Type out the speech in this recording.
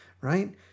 right